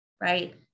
right